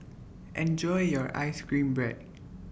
Enjoy your Ice Cream Bread